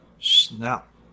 Snap